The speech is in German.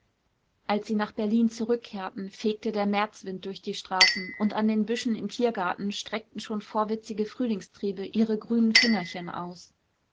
als sie nach berlin zurückkehrten fegte der märzwind durch die straßen und an den büschen im tiergarten streckten schon vorwitzige frühlingstriebe ihre grünen fingerchen aus